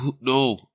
No